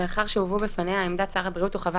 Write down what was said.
לאחר שהובאו בפניה עמדת שר הבריאות וחוות